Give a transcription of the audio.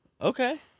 Okay